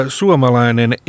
suomalainen